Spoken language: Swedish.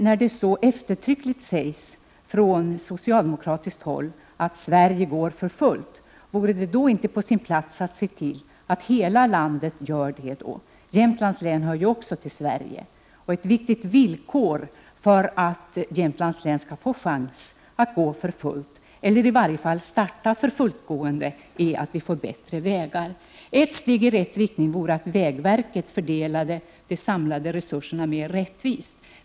När det så eftertryckligt sägs från socialdemokratiskt håll att ”Sverige går för fullt” , vore det då inte på sin plats att se till att hela landet gör det? Jämtlands län hör ju också till Sverige! Ett viktigt villkor för att Jämtlands län skall få en chans att ”gå för fullt” — eller i varje fall starta ”förfulltgående” — är att vi får bättre vägar! Ett steg i rätt riktning vore att vägverket fördelade de samlade resurserna mera rättvist.